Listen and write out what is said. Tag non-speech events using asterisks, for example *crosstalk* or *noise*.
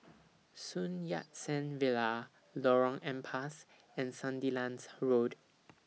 Sun Yat Sen Villa Lorong Ampas and Sandilands *noise* Road